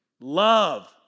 love